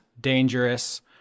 dangerous